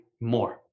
more